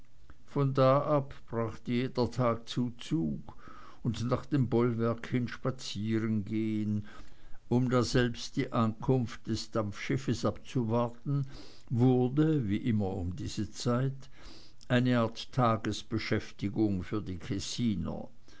von da ab brachte jeder tag zuzug und nach dem bollwerk hin spazierengehen um daselbst die ankunft des dampfschiffes abzuwarten wurde wie immer um diese zeit eine art tagesbeschäftigung für die